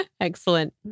Excellent